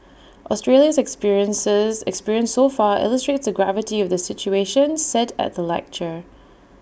Australia's experiences experience so far illustrates the gravity of the situation said at the lecture